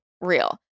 real